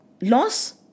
loss